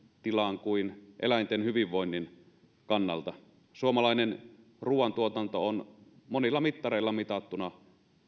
tilan kuin eläinten hyvinvoinnin kannalta suomalainen ruoantuotanto on monilla mittareilla mitattuna